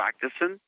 practicing